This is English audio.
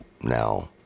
Now